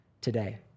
today